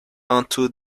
onto